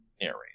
narrate